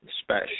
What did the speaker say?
special